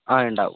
ആയിട്ടുണ്ടാവും